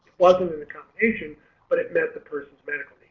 wasn't in the competition but it met the person's medical